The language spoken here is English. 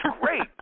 great